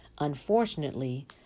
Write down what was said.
Unfortunately